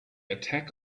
attack